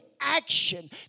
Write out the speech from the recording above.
action